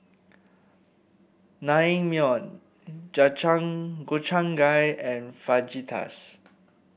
Naengmyeon Gobchang Gui and Fajitas